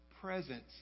presence